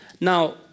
Now